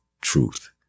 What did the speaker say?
truth